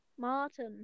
Martin